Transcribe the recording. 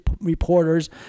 reporters